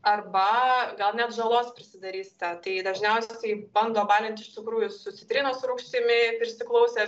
arba gal net žalos prisidarysite tai dažniausiai bando balint iš tikrųjų su citrinos rūgštimi prisiklausę